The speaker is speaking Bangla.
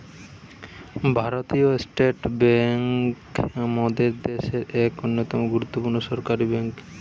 ভারতীয় স্টেট বেঙ্ক মোদের দ্যাশের এক অন্যতম গুরুত্বপূর্ণ সরকারি বেঙ্ক